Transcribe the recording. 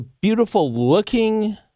beautiful-looking